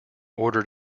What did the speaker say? ordered